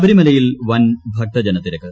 ശബരിമലയിൽ വൻ ഭക്തജനത്തിരക്ക്